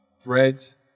Threads